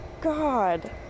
god